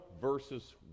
versus